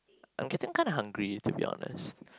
I'm getting kinda hungry to be honest